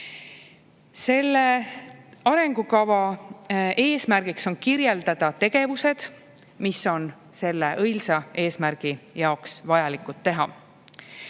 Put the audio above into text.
Arengukava eesmärk on kirjeldada tegevusi, mida on selle õilsa eesmärgi jaoks vaja teha.